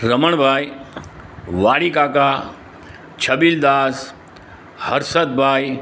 રમણભાઈ વાડીકાકા છબીલદાસ હર્ષદભાઈ